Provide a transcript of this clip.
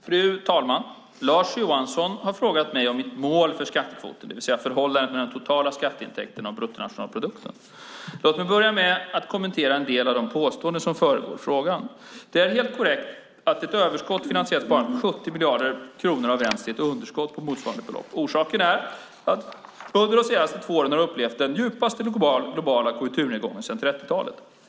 Fru talman! Lars Johansson har frågat mig om mitt mål för skattekvoten, det vill säga förhållandet mellan de totala skatteintäkterna och bruttonationalprodukten. Låt mig börja med att kommentera en del av de påståenden som föregår frågan. Det är helt korrekt att ett överskott i finansiellt sparande på 70 miljarder kronor har vänts till ett underskott på motsvarande belopp. Orsaken är att vi under de senaste två åren har upplevt den djupaste globala konjunkturnedgången sedan 1930-talet.